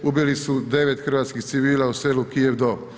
Ubili su 9 hrvatskih civila u selo Kijev Do.